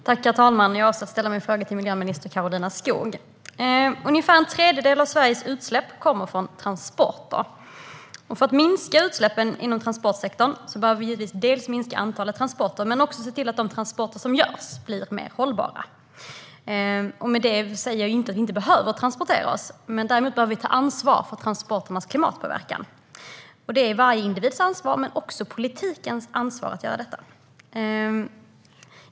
Herr talman! Jag avser att ställa min fråga till miljöminister Karolina Skog. Ungefär en tredjedel av Sveriges utsläpp kommer från transporter. För att minska utsläppen inom transportsektorn behöver vi dels minska antalet transporter, dels se till att de transporter som görs blir mer hållbara. Därmed säger jag inte att vi inte behöver transportera oss; däremot behöver vi ta ansvar för transporternas klimatpåverkan. Det är varje individs men också politikens ansvar att göra detta.